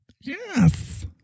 Yes